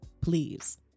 please